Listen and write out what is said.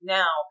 now